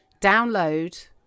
download